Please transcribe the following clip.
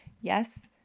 Yes